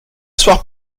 soir